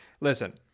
Listen